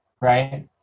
Right